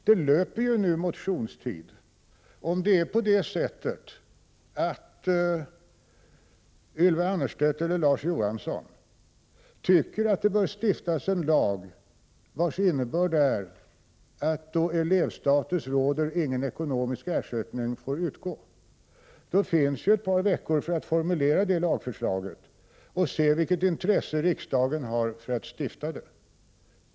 Allmänna motionstiden löper ju nu, och om Ylva Annerstedt och Larz Johansson tycker att en lag bör stiftas, vars innebörd är att då elevstatus råder får ingen ekonomisk ersättning utgå, står ju nu ett par veckor till förfogande för att formulera det lagförslaget. Så får man se vilket intresse riksdagen har för att stifta en sådan lag.